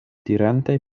dirante